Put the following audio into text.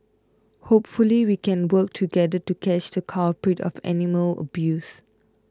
hopefully we can work together to catch the culprit of animal abuse